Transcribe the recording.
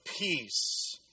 peace